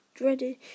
dreaded